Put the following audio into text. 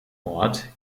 ort